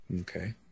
Okay